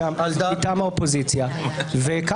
חבר הכנסת קריב, אתה בקריאה שנייה.